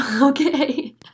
okay